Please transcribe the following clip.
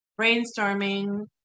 brainstorming